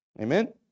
Amen